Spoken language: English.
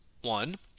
One